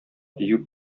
дию